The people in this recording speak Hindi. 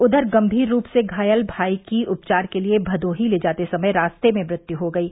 उधर गंभीर रूप से घायल भाई की उपचार के लिए भदोही ले जाते समय रास्ते में मृत्यू हो गयी